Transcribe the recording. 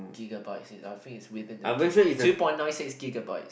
gigabytes I think it's within the gig two point nine six gigabytes